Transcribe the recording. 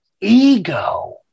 ego